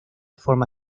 forma